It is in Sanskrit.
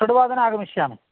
षड्वादने आगमिष्यामि